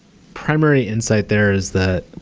primary insight there is that,